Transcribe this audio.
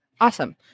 Awesome